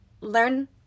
learn